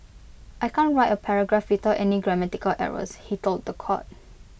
I can't write A paragraph without any grammatical errors he told The Court